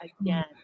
again